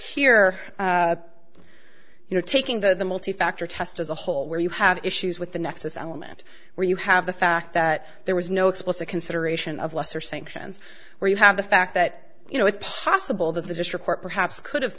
here you know taking the the multi factor test as a whole where you have issues with the nexus element where you have the fact that there was no explicit consideration of lesser sanctions where you have the fact that you know it's possible that the district court perhaps could have